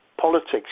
politics